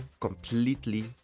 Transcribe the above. completely